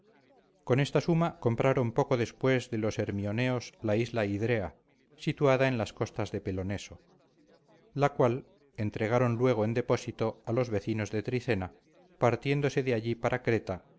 con esta suma compraron poco después de los hermioneos la isla hidrea situada en las costas de peloneso la cuál entregaron luego en depósito a los vecinos de tricena partiéndose de allí para creta